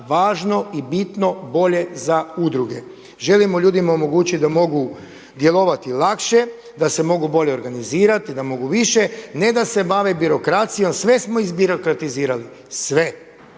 važno i bitno bolje za udruge. Želimo ljudima omogućiti da mogu djelovati lakše, da se mogu bolje organizirati, da mogu više, ne da se bave birokracijom, sve smo izbirokratizirati, sve.